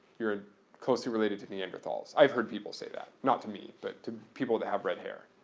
you're closely related to neanderthals. i've heard people say that, not to me but to people that have red hair.